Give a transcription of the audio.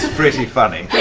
and pretty funny.